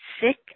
sick